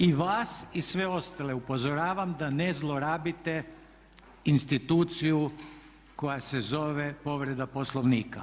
I vas i sve ostale upozoravam da ne zlorabite instituciju koja se zove povreda Poslovnika.